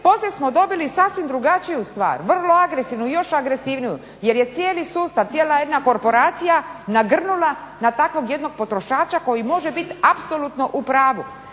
poslije smo dobili sasvim drugačiju stvar, vrlo agresivnu i još agresivniju jer je cijeli sustav, cijela jedna korporacija nagrnula na takvog jednog potrošača koji može bit apsolutno u pravu,